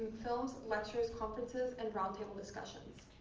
films, lectures, conferences, and roundtable discussions.